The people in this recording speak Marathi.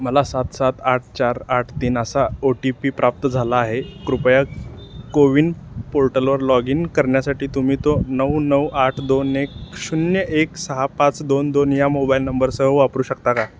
मला सात सात आठ चार आठ तीन असा ओ टी पी प्राप्त झाला आहे कृपया को विन पोर्टलवर लॉग इन करण्यासाठी तुम्ही तो नऊ नऊ आठ दोन एक शून्य एक सहा पाच दोन दोन या मोबाईल नंबरसह वापरू शकता का